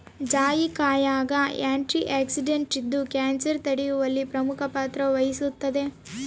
ಜಾಯಿಕಾಯಾಗ ಆಂಟಿಆಕ್ಸಿಡೆಂಟ್ ಇದ್ದು ಕ್ಯಾನ್ಸರ್ ತಡೆಯುವಲ್ಲಿ ಪ್ರಮುಖ ಪಾತ್ರ ವಹಿಸುತ್ತದೆ